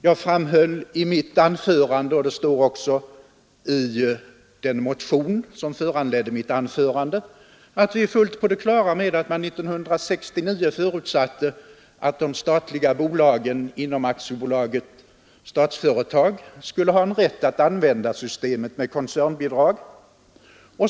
Jag framhöll i mitt anförande — och det står också i den motion som föranledde mitt anförande — att vi är fullt på det klara med att det 1969 förutsattes att de statliga bolagen inom AB Statsföretag skulle ha rätt att använda systemet med koncernbidrag.